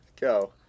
Go